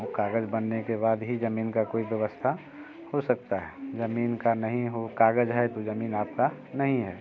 वो कागज़ बनने के बाद ही ज़मीन की कोई व्यवस्था हो सकती है ज़मीन का नहीं हो कागज़ है तो ज़मीन आपकी नहीं है